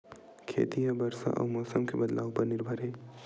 खेती हा बरसा अउ मौसम के बदलाव उपर निर्भर हे